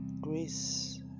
grace